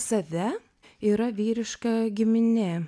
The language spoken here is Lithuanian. save yra vyriška giminė